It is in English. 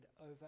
over